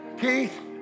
Keith